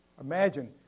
Imagine